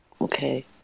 okay